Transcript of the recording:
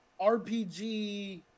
RPG